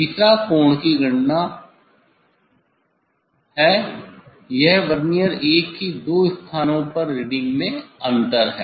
तीसरा कोण की गणना है यह वर्नियर 1 की दो स्थानों पर रीडिंग में अंतर है